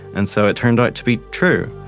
and so it turned out to be true.